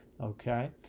Okay